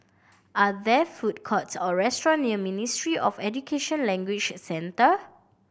are there food courts or restaurant near Ministry of Education Language Centre